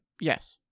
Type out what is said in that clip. Yes